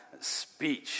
speech